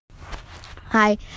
Hi